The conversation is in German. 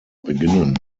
beginnen